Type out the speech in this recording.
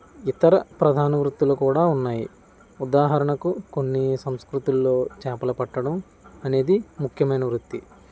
ఇతర ప్రధాన వృత్తులు కూడా ఉన్నాయి ఉదాహరణకు కొన్ని సంస్కృతుల్లో చేపలు పట్టడం అనేది ముఖ్యమైన వృత్తి